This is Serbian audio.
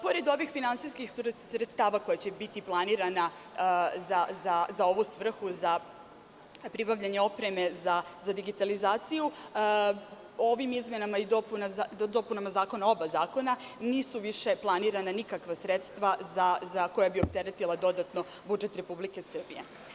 Pored ovih finansijskih sredstava koja će biti planirana ovu svrhu, za pribavljanje opreme za digitalizaciju, ovim izmenama i dopunama oba zakona nisu više planirana nikakva sredstva koja bi opteretila dodatno budžet Republike Srbije.